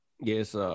Yes